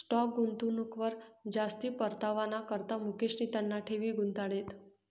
stock गुंतवणूकवर जास्ती परतावाना करता मुकेशनी त्याना ठेवी गुताड्यात